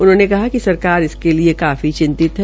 उन्होंने कहा कि सरकार इसके लिए काफी चितिंत है